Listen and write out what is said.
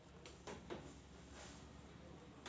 सामान्य जीवनातही अर्थार्जनाची खूप गरज असते